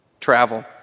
travel